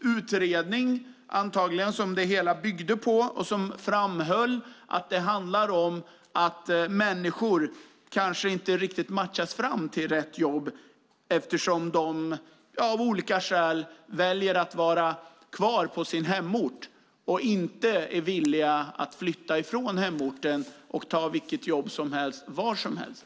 utredning som det hela antagligen bygger på och där det framhålls att det handlar om att människor kanske inte riktigt matchas fram till rätt jobb eftersom de av olika skäl väljer att vara kvar på sin hemort och inte är villiga att flytta från hemorten för att ta vilket jobb som helst var som helst.